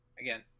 again